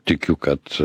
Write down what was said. tikiu kad